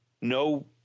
no